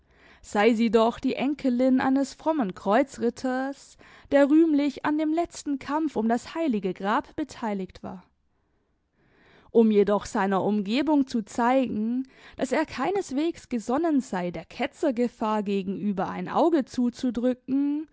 sei sie doch die enkelin eines frommen kreuzritters der rühmlich an dem letzten kampf um das heilige grab beteiligt war um jedoch seiner umgebung zu zeigen daß er keineswegs gesonnen sei der ketzergefahr gegenüber ein auge zuzudrücken